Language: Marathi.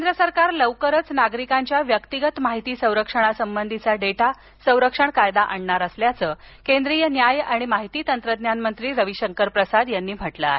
केंद्र सरकार लवकरच नागरिकांच्या व्यक्तिगत माहिती संरक्षणा संबधीचा डेटा संरक्षण कायदा आणणार असल्याचं केंद्रीय न्याय आणि माहिती तंत्रज्ञान मंत्री रविशंकर प्रसाद यांनी सांगितलं आहे